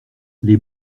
les